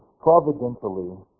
providentially